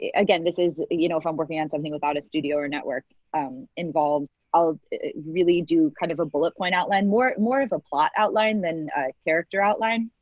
again, this is you know, if i'm working on something without a studio or network involved i'll really do kind of a bullet point outline. more more of a plot outline than a character outline.